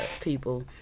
people